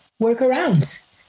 workarounds